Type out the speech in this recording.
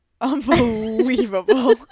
unbelievable